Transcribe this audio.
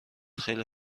خیلی